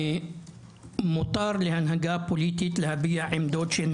מותר להנהגה פוליטית להביע עמדות שהן